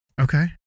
okay